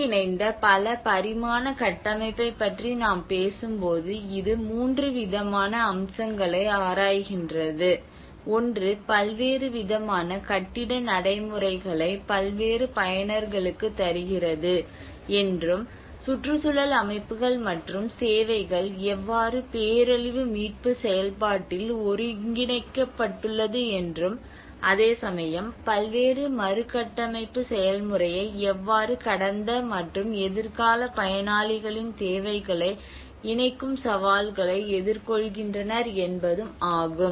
ஒருங்கிணைந்த பல பரிமாண கட்டமைப்பைப் பற்றி நாம் பேசும்போது இது மூன்று விதமான அம்சங்களை ஆராய்கின்றது ஒன்று பல்வேறு விதமான கட்டிட நடைமுறைகளை பல்வேறு பயனர்களுக்கு தருகிறது என்றும் சுற்றுச்சூழல் அமைப்புகள் மற்றும் சேவைகள் எவ்வாறு பேரழிவு மீட்பு செயல்பாட்டில் ஒருங்கிணைக்கப்பட்டுள்ளது என்றும் அதே சமயம் பல்வேறு மறுகட்டமைப்பு செயல்முறையை எவ்வாறு கடந்த மற்றும் எதிர்கால பயனாளிகளின் தேவைகளை இணைக்கும் சவால்களை எதிர் கொள்கின்றனர் என்பதும் ஆகும்